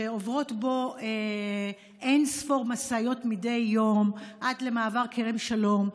שעוברות בו אין-ספור משאיות מדי יום עד למעבר כרם שלום?